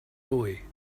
boy